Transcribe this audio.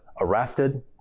arrested